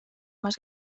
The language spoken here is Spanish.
más